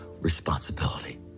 responsibility